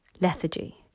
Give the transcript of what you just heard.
lethargy